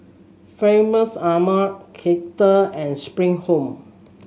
Famous Amo Kettle and Spring Home